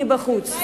הרבים מבחוץ.